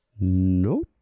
nope